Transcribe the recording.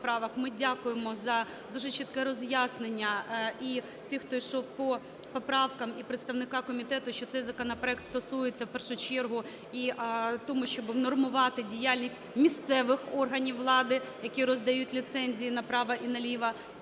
Ми дякуємо за дуже чітке роз'яснення і тим, хто йшов по поправкам, і представника комітету, що цей законопроект стосується в першу чергу і того, щоб унормувати діяльність місцевих органів влади, які роздають ліцензії направо і наліво,